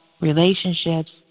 relationships